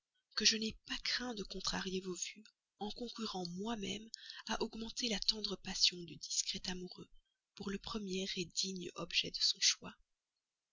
que je n'ai pas craint de contrarier vos vues en concourant moi-même à augmenter la tendre passion du discret amoureux pour le premier digne objet de son choix